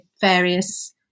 various